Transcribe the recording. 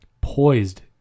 poised